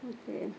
ಮತ್ತೆ